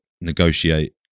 negotiate